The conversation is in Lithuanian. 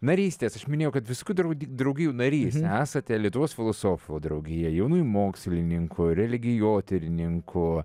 narystės aš minėjau kad visų draudi draugijų narys esate lietuvos filosofų draugija jaunųjų mokslininkų religijotyrininkų